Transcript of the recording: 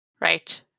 Right